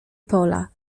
pola